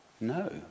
No